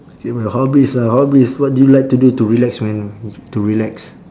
favourite hobbies ah hobbies what do you like to do to relax man to relax